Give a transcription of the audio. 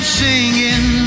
singing